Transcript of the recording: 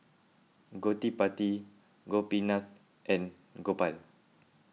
Gottipati Gopinath and Gopal